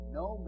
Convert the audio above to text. no